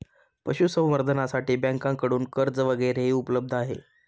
पशुसंवर्धनासाठी बँकांकडून कर्ज वगैरेही उपलब्ध आहे